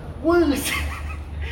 world sia